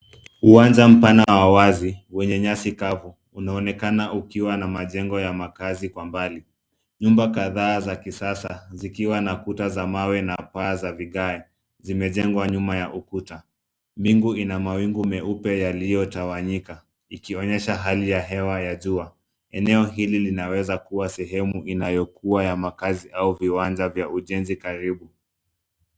Uwanja mpana wa wazi wenye nyasi kavu, unaonekana ukiwa na majengo ya makaazi kwa mbali. Nyumba kadhaa za kisasa zikiwa na kuta za mawe na paa za vigae, zimejengwa nyuma ya ukuta. Mbingu ina mawingu meupe yaliyotawanyika ikionyesha hali ya hewa ya jua. Eneo hili linaweza kuwa sehemu inayokuwa ya makaazi au viwanja vya ujenzi karibu.